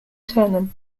tehran